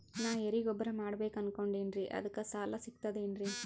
ನಾ ಎರಿಗೊಬ್ಬರ ಮಾಡಬೇಕು ಅನಕೊಂಡಿನ್ರಿ ಅದಕ ಸಾಲಾ ಸಿಗ್ತದೇನ್ರಿ?